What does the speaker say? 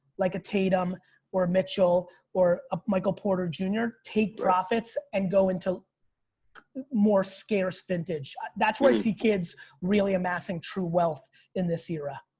like a tatum or mitchell or ah michael porter jr. take profits and go into more scarce vintage. that's where i see kids really amassing true wealth in this era.